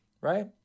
right